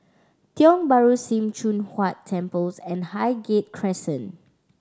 Tiong Bahru Sim Choon Huat Temples and Highgate Crescent